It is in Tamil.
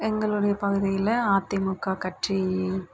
எங்களுடைய பகுதியில் அதிமுக கட்சி